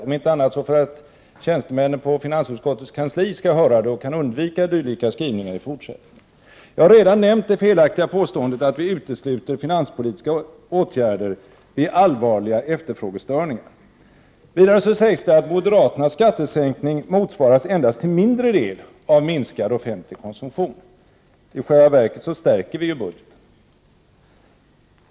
Om inte annat så för att tjänstemännen på finansutskottets kansli skall kunna höra på och därmed undvika dylika skrivningar i fortsättningen, känner jag ett behov av att rätta till vissa saker. Jag har redan nämnt det felaktiga påståendet att vi moderater utesluter finanspolitiska åtgärder vid allvarliga efterfrågestörningar. Vidare sägs det att moderaternas skattesänkning endast till en mindre del motsvaras av minskad offentlig konsumtion — i själva verket stärker ju vi budgeten.